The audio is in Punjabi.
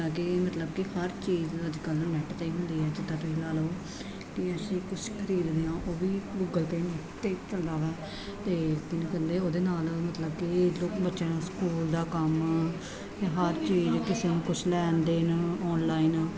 ਜਿੱਦਾਂ ਕਿ ਮਤਲਬ ਕਿ ਹਰ ਚੀਜ਼ ਅੱਜ ਕੱਲ੍ਹ ਨੈਟ 'ਤੇ ਹੁੰਦੀ ਹੈ ਜਿੱਦਾਂ ਤੁਸੀਂ ਲਾ ਲਓ ਕਿ ਅਸੀਂ ਕੁਛ ਖਰੀਦਦੇ ਹਾਂ ਉਹ ਵੀ ਗੂਗਲ 'ਤੇ ਅਤੇ ਜਿਹਨੂੰ ਕਹਿੰਦੇ ਉਹਦੇ ਨਾਲ ਮਤਲਬ ਕਿ ਲੋਕ ਬੱਚਿਆਂ ਨੂੰ ਸਕੂਲ ਦਾ ਕੰਮ ਹਰ ਚੀਜ਼ ਕਿਸੇ ਨੂੰ ਕੁਛ ਲੈਣ ਦੇਣ ਓਨਲਾਈਨ